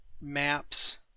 maps